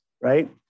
right